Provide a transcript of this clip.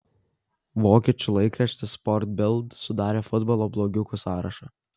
vokiečių laikraštis sport bild sudarė futbolo blogiukų sąrašą